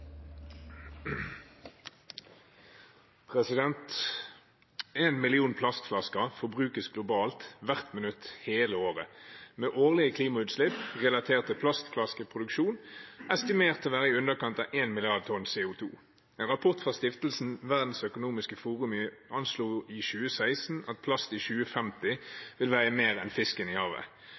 til å være i underkant av én milliard tonn CO 2 . En rapport fra stiftelsen Verdens økonomiske forum anslo i 2016 at plast i 2050 vil veie mer enn fisken i havet.